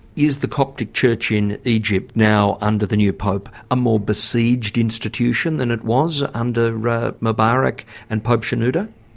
is the coptic church in egypt now under the new pope, a more besieged institution than it was under mubarak and pope shenouda?